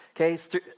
Okay